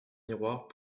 miroir